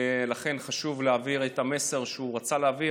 ולכן חשוב להעביר את המסר שהוא רצה להעביר